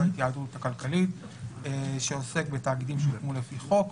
התכנית הכלכלית שעוסק בתאגידים שהוקמו לפי חוק.